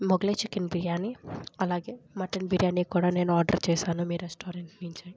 Mughlai chicken biryani అలాగే mutton biryani కూడా order చేసాను మీ రెస్టారెంట్లో